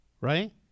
right